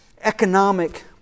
economic